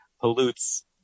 pollutes